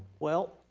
well,